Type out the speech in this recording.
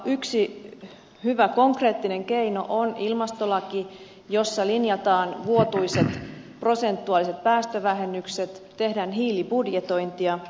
yksi hyvä konkreettinen keino on ilmastolaki jossa linjataan vuotuiset prosentuaaliset päästövähennykset tehdään hiilibudjetointia